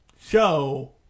show